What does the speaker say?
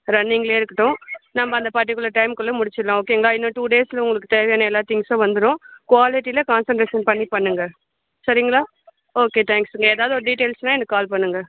ரன்னிங்லியே இருக்கட்டும் நம்ம அந்த பர்ட்டிக்குலர் டைமுக்குள்ள முடிச்சிடலாம் ஓகேங்களா இன்னும் டூ டேஸில் உங்களுக்கு தேவையான எல்லா திங்ஸும் வந்துடும் க்வாலிட்டியில கான்செண்ட்ரேஷன் பண்ணி பண்ணுங்கள் சரிங்களா ஓகே தேங்க்ஸுங்க ஏதாவது ஒரு டீட்டெயில்ஸ்னால் எனக்கு கால் பண்ணுங்கள்